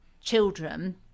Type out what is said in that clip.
children